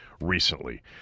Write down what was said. recently